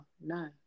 No